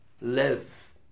Live